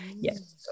Yes